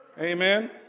Amen